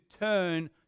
turn